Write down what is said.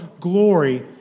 glory